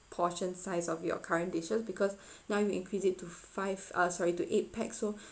portion size of your current dishes because now you increase it to five uh sorry to eight pax so